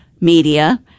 media